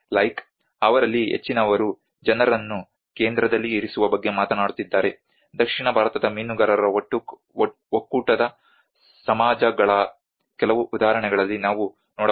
like ಅವರಲ್ಲಿ ಹೆಚ್ಚಿನವರು ಜನರನ್ನು ಕೇಂದ್ರದಲ್ಲಿ ಇರಿಸುವ ಬಗ್ಗೆ ಮಾತನಾಡುತ್ತಿದ್ದಾರೆ ದಕ್ಷಿಣ ಭಾರತದ ಮೀನುಗಾರರ ಒಕ್ಕೂಟದ ಸಮಾಜಗಳಾ ಕೆಲವು ಉದಾಹರಣೆಗಳಲ್ಲಿ ನಾವು ನೋಡಬಹುದು